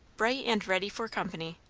bright, and ready for company.